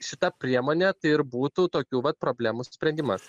šita priemonė ir būtų tokių vat problemų sprendimas